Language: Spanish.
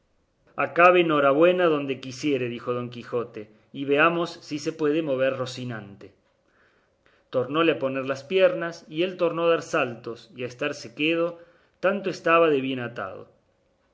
acabe norabuena donde quisiere dijo don quijote y veamos si se puede mover rocinante tornóle a poner las piernas y él tornó a dar saltos y a estarse quedo tanto estaba de bien atado